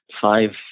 five